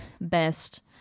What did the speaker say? best